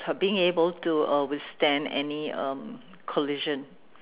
uh being able to uh withstand any um collision